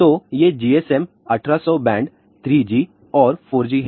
तो ये GSM1800 band 3G और 4G हैं